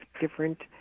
different